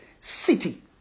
city